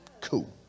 Cool